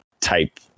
type